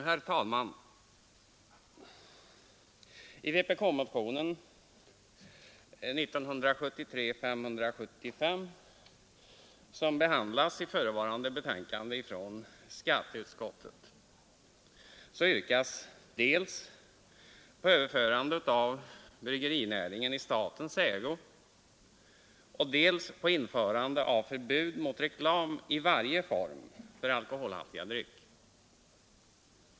Herr talman! I vpk-motionen 1973:575, som behandlas i förevarande betänkande från skatteutskottet, yrkas dels på överförande av bryggerinäringen i statens ägo, dels på införande av förbud mot reklam i varje form för alkoholhaltiga drycker.